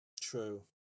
True